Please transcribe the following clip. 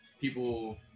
people